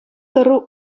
тӑру